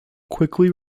quickly